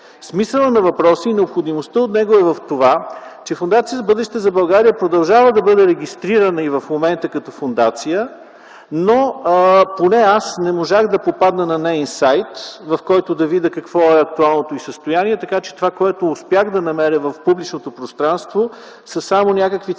Смисълът на въпроса и необходимостта от него е в това, че Фондация „Бъдеще за България” продължава да бъде регистрирана и в момента като фондация, но поне аз не можах да попадна на неин сайт, в който да видя какво е актуалното й състояние. Така че това, което успях да намеря в публичното пространство, са само някакви цитати